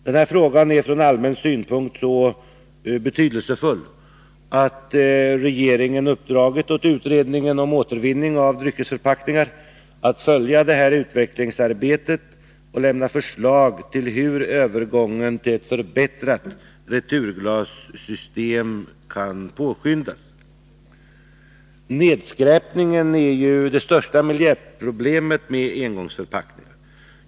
Denna fråga är från allmän synpunkt så betydelsefull att regeringen uppdragit åt utredningen om återvinning av dryckesförpackningar att följa utvecklingsarbetet och att lämna förslag till hur övergången till ett förbättrat returglassystem kan påskyndas. Nedskräpningen är det största miljöproblemet med engångsförpackningar.